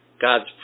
God's